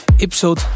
episode